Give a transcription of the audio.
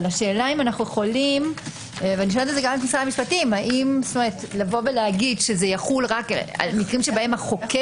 אני שואלת גם את משרד המשפטים לומר שזה יחול רק על מקרים שהחוקר